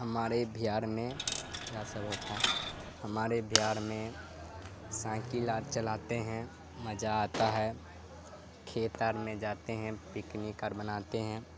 ہمارے بہار میں کیا سب ہوتا ہے ہمارے بہار میں سائکل آر چلاتے ہیں مجہ آتا ہے کھیتر میں جاتے ہیں پکنک آ مناتے ہیں